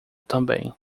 também